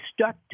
stuck